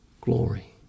glory